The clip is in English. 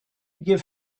give